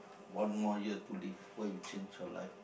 one more year to live what you change your live